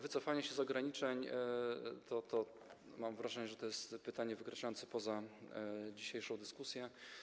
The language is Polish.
Wycofanie się z ograniczeń - mam wrażenie, że to jest pytanie wykraczające poza dzisiejszą dyskusję.